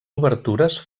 obertures